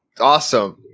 awesome